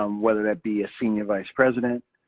um whether that be a senior vice president,